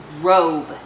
robe